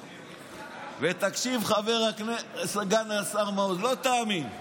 תקשיב, סגן השר מעוז, לא תאמין.